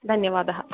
धन्यवादः